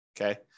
Okay